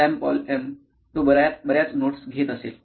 Shyam Paul M तो बर्याच notes घेत असेल